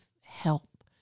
help